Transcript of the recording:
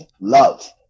love